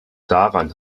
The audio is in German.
daran